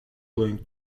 going